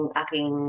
aking